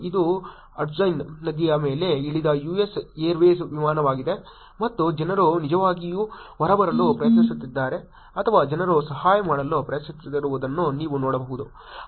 ಇದು ಹಡ್ಸನ್ ನದಿಯ ಮೇಲೆ ಇಳಿದ US ಏರ್ವೇಸ್ ವಿಮಾನವಾಗಿದೆ ಮತ್ತು ಜನರು ನಿಜವಾಗಿಯೂ ಹೊರಬರಲು ಪ್ರಯತ್ನಿಸುತ್ತಿದ್ದಾರೆ ಅಥವಾ ಜನರು ಸಹಾಯ ಮಾಡಲು ಪ್ರಯತ್ನಿಸುತ್ತಿರುವುದನ್ನು ನೀವು ನೋಡಬಹುದು